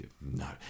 no